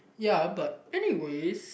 ya but anyways